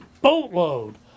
boatload